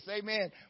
amen